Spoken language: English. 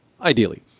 ideally